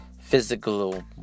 physical